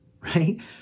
right